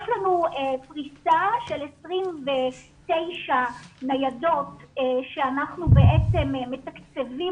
יש לנו פריסה של 29 ניידות שאנחנו בעצם מתקצבים